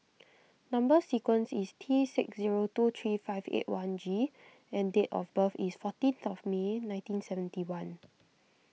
Number Sequence is T six zero two three five eight one G and date of birth is fourteenth May nineteen seventy one